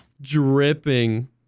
Dripping